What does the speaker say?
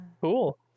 cool